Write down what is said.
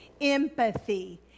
empathy